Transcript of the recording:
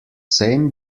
same